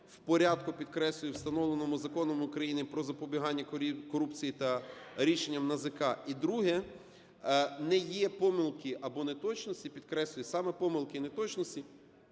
в порядку, підкреслюю, встановленому Законом України "Про запобігання корупції" та рішенням НАЗК. І друге: не є помилки або неточності, підкреслюю, саме помилки і неточності,